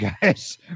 guys